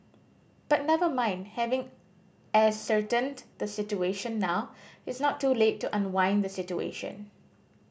but never mind having ascertained the situation now it's not too late to unwind the situation